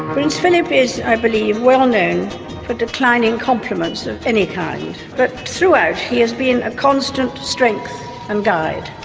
prince philip is, i believe, well known for declining compliments of any kind. but throughout he has been a constant strength and guide.